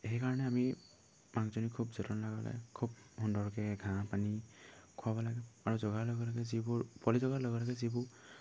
সেইকাৰণে আমি মাকজনী খুব যতন লগে লগে খুব সুন্দৰকে ঘাঁহ পানী খুৱাব লাগে আৰু জগাৰ লগে লগে যিবোৰ পোৱালি জগাৰ লগে লগে যিবোৰ